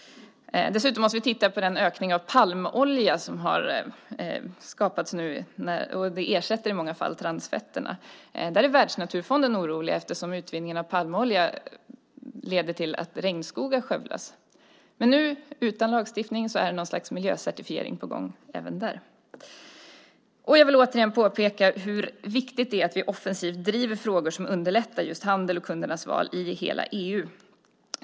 Dessutom måste vi titta på ökningen av den palmolja som nu i många fall ersätter transfetter. Där är Världsnaturfonden orolig eftersom utvinningen av palmolja leder till att regnskogar skövlas. Nu är dock - utan lagstiftning - något slags miljöcertifiering på gång även där. Jag vill återigen påpeka hur viktigt det är att vi offensivt driver frågor som underlättar handel och kundernas val i hela EU.